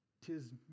Tis